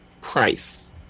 price